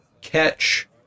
catch